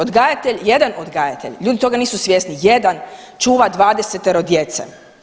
Odgajatelj, jedan odgajatelj, ljudi toga nisu svjesni, jedan čuva 20-ero djece.